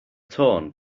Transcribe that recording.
torn